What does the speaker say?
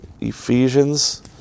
Ephesians